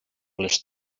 les